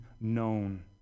known